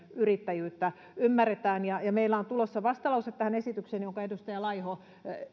yrittäjyyttä ymmärretään meiltä on tulossa tähän esitykseen vastalause jonka edustaja laiho